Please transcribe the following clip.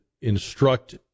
instruct